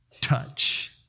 touch